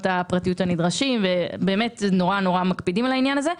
הפרטיות הנדרשים ובאמת מאוד מאוד מקפידים על העניין הזה.